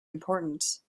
importance